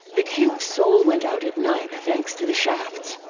the king's soul went out at night thanks to the shafts,